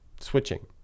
switching